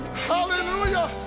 Hallelujah